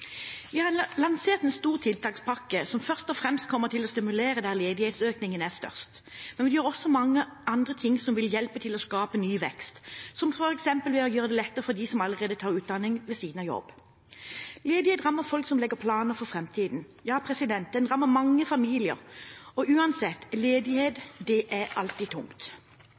Vi har lansert en stor tiltakspakke som først og fremst kommer til å stimulere der ledighetsøkningen er størst, men vi gjør også mange andre ting som vil hjelpe til å skape ny vekst, som f.eks. å gjøre det lettere for dem som tar utdanning ved siden av jobb. Ledighet rammer folk som legger planer for framtiden. Ja, den rammer mange familier. Uansett er ledighet alltid tungt. Derfor er